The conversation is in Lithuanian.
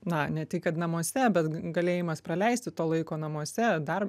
na ne tik kad namuose bet galėjimas praleisti to laiko namuose dar